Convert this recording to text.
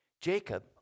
Jacob